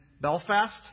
Belfast